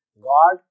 God